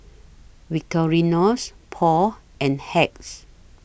Victorinox Paul and Hacks